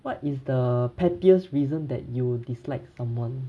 what is the pettiest reason that you would dislike someone